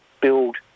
build